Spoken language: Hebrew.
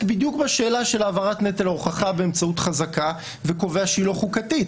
בדיוק בשאלה של העברת נטל ההוכחה באמצעות חזקה וקובע שהיא לא חוקתית.